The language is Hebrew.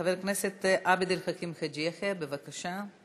חבר הכנסת עבד אל חכים חאג' יחיא, בבקשה.